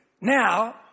now